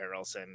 Harrelson